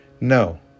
No